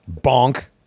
bonk